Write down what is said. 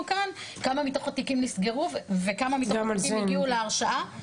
כאן: כמה מתוך התיקים נסגרו וכמה מתוך התיקים הגיעו להרשעה.